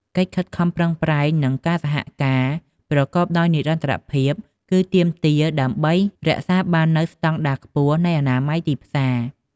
កិច្ចខិតខំប្រឹងប្រែង និងការសហការប្រកបដោយនិរន្តរភាពគឺទាមទារដើម្បីរក្សាបាននូវស្តង់ដារខ្ពស់នៃអនាម័យទីផ្សារ។